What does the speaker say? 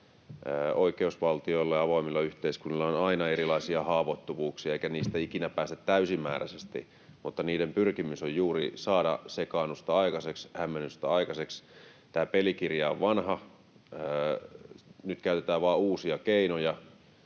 Oikeusvaltioilla ja avoimilla yhteiskunnilla on aina erilaisia haavoittuvuuksia, eikä niistä ikinä pääse täysimääräisesti, mutta niiden avulla tavoite on juuri saada sekaannusta aikaiseksi, hämmennystä aikaiseksi. Tämä pelikirja on vanha. Nyt käytetään vain uusia keinoja.